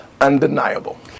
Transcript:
undeniable